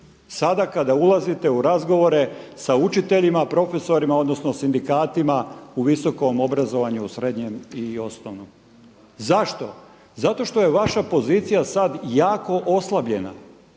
sada kada ulazite u razgovore sa učiteljima, profesorima odnosno sindikatima u visokom obrazovanju i u srednjem i osnovnom. Zašto? Zato što je vaša pozicija sada jako oslabljena.